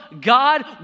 God